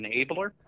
enabler